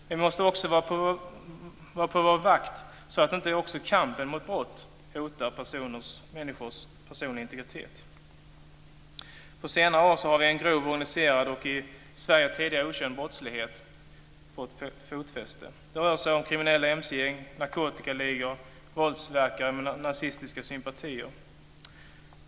Vidare måste vi vara på vår vakt så att inte också kampen mot brott hotar den personliga integriteten. På senare år har en grov organiserad och i Sverige tidigare okänd brottslighet fått fotfäste. Det rör sig om kriminella mc-gäng, narkotikaligor och våldsverkare med nazistiska sympatier.